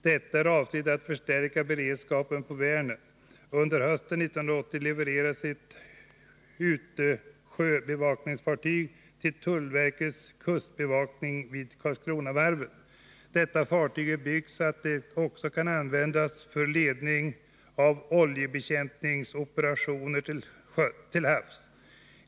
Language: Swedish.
Detta är avsett att förstärka beredskapen på Vänern. Under hösten 1980 levererades ett utsjöbevakningsfartyg till tullverkets kustbevakning från Karlskronavarvet. Detta fartyg är byggt så att det också kan användas för ledning av oljebekämpningsoperationer till havs.